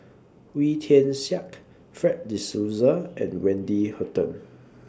Wee Tian Siak Fred De Souza and Wendy Hutton